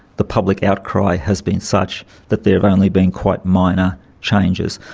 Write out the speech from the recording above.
the public outcry has been such that there've only been quite minor changes.